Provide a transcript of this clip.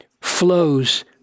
flows